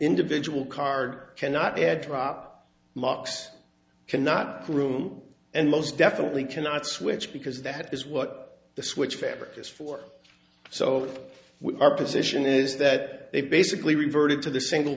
individual car cannot add drop marks cannot croom and most definitely cannot switch because that is what the switch fabric is for so with our position is that they basically reverted to the single